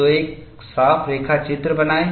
तो एक साफ रेखाचित्र बनाओ